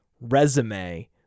resume